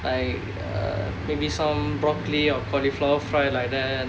like uh maybe some broccoli or cauliflower fry like that